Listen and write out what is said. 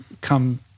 come